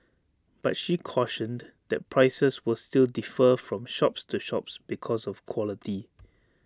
but she cautioned that prices will still defer from shops to shops because of quality